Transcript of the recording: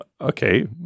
okay